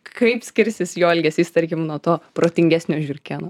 kaip skirsis jo elgesys tarkim nuo to protingesnio žiurkėno